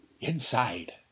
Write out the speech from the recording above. Inside